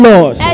Lord